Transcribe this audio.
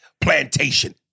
plantation